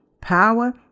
power